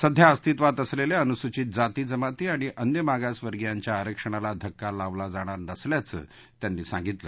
सध्या अस्तित्वात असलेले अनुसूचित जाती जमाती आणि अन्य मागासवर्गीयांच्या आरक्षणाला धक्का लावला जाणार नसल्याचं त्यांनी सांगितलं